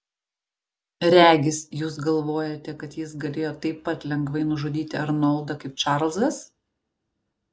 regis jūs galvojate kad jis galėjo taip pat lengvai nužudyti arnoldą kaip čarlzas